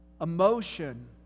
emotion